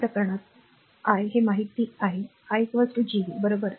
तर मी हे स्वच्छ करते बरोबर